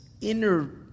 inner